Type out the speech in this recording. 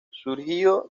surgido